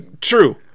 true